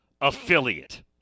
affiliate